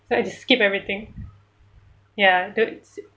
so I just skip everything ya don't